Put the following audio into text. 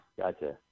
Gotcha